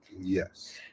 Yes